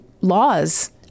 laws